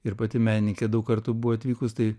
ir pati menininkė daug kartų buvo atvykus tai